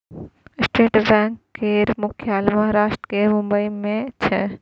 state bank केर मुख्यालय महाराष्ट्र केर मुंबई मे छै